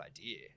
idea